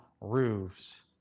roofs